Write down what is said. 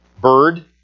bird